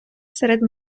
серед